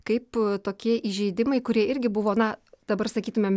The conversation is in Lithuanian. kaip tokie įžeidimai kurie irgi buvo na dabar sakytumėm